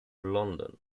london